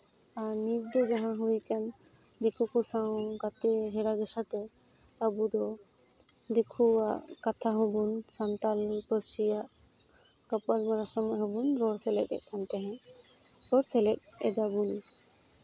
ᱟᱨ ᱱᱤᱛ ᱫᱚ ᱡᱟᱦᱟᱸ ᱦᱩᱭ ᱠᱟᱱ ᱫᱤᱠᱩ ᱠᱚ ᱥᱟᱶ ᱜᱟᱛᱮ ᱦᱮᱲᱟ ᱜᱷᱮᱥᱟ ᱛᱮ ᱟᱵᱚ ᱫᱚ ᱫᱤᱠᱩᱣᱟᱜ ᱠᱟᱛᱷᱟ ᱦᱚᱸᱵᱚᱱ ᱥᱟᱱᱛᱟᱲ ᱯᱟᱹᱨᱥᱤᱭᱟᱜ ᱜᱟᱯᱟᱞᱢᱟᱨᱟᱣ ᱥᱟᱶ ᱦᱚᱸᱵᱚᱱ ᱨᱚᱲ ᱥᱮᱞᱮᱫᱮᱜ ᱠᱟᱱ ᱛᱟᱦᱮᱸᱜ ᱵᱟ ᱥᱮᱞᱮᱫ ᱮᱫᱟᱵᱚᱱ